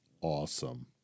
awesome